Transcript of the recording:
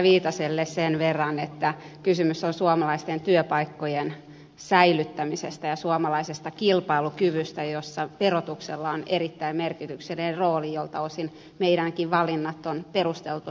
viitaselle sen verran että kysymys on suomalaisten työpaikkojen säilyttämisestä ja suomalaisesta kilpailukyvystä jossa verotuksella on erittäin merkityksellinen rooli miltä osin meidänkin valintamme ovat perusteltuja